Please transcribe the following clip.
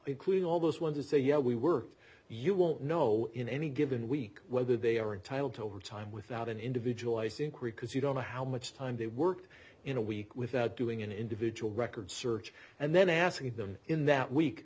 if all those want to say yeah we were you won't know in any given week whether they are entitled to overtime without an individual i see because you don't know how much time they worked in a week without doing an individual record search and then ask them in that week